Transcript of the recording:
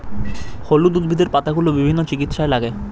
হলুদ উদ্ভিদের পাতাগুলো বিভিন্ন চিকিৎসায় লাগে